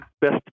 best